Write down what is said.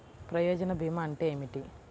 ప్రయోజన భీమా అంటే ఏమిటి?